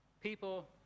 people